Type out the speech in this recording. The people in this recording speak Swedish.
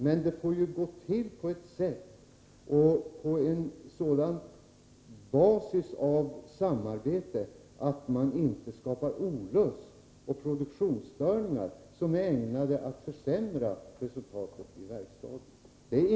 Men det måste gå till på ett sådant sätt och på en sådan samarbetsbasis att man inte skapar olust och produktionsstörningar som är ägnade att försämra resultatet i verkstaden.